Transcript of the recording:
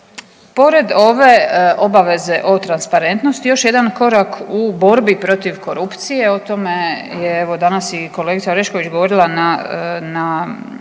Pored ove obaveze o transparentnosti još jedan korak u borbi protiv korupcije, o tome je evo danas i kolegica Orešković govorila na,